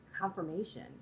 confirmation